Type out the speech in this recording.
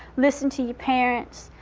listen to your parents.